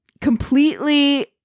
completely